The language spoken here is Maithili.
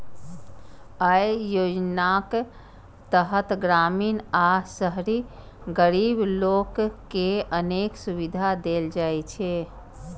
अय योजनाक तहत ग्रामीण आ शहरी गरीब लोक कें अनेक सुविधा देल जाइ छै